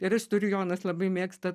ir aš turiu jonas labai mėgsta